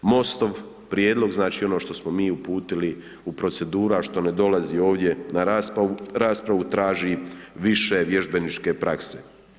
MOST-ov prijedlog znači ono što smo mi uputili u proceduru, a što ne dolazi ovdje na raspravu traži više vježbeničke prakse.